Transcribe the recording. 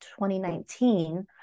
2019